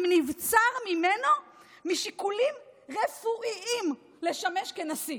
אם נבצר ממנו משיקולים רפואיים לשמש נשיא,